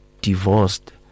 divorced